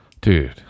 dude